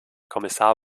kommissar